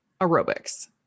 aerobics